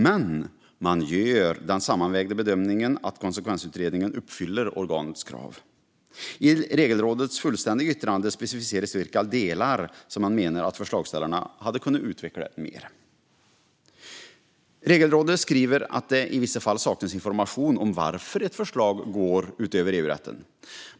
Men man gör den sammanvägda bedömningen att konsekvensutredningen uppfyller organets krav. I Regelrådets fullständiga yttrande specificeras vilka delar som man menar att förslagsställarna hade kunnat utveckla mer. Regelrådet skriver att det i vissa fall saknas information om varför ett förslag går utöver EU-rätten.